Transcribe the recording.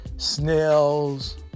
snails